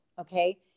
Okay